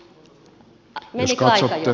menikö aika jo